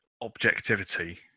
objectivity